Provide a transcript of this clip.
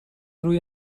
روی